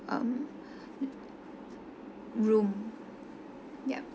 um room yup